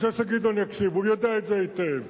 אני רוצה שגדעון יקשיב, הוא יודע את זה היטב.